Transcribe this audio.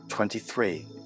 Twenty-three